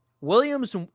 Williams